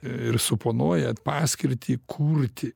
ir suponuoja paskirtį kurti